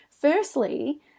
Firstly